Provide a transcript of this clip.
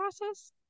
process